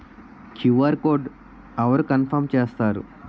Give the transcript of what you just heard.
QR code అవరు confirm చేస్తారు?